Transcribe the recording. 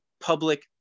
public